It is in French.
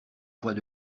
poids